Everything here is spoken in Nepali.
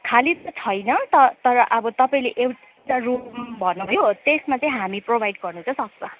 खाली त छैन त तर अब तपाईँले एउटा रुम भन्नुभयो त्यसमा चाहिँ हामी प्रोभाइड गर्नु चाहिँ सक्छ